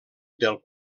del